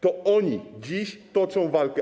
To one dziś toczą walkę.